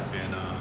and uh